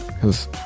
cause